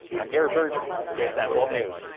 i'm garrett brnger ksat twelve news